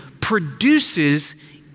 produces